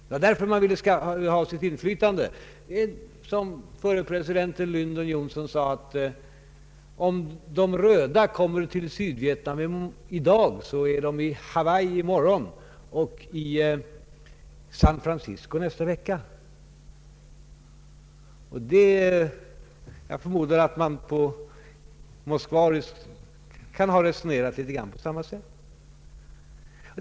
USA ville ha inflytande av skäl som förre presidenten Lyndon Johnson uttryckte så här: Om de röda kommer till Sydvietnam i dag, så är de i Hawaii i morgon och i San Francisco nästa vecka. Jag förmodar att man i Moskva kan ha resonerat ungefär på liknande sätt.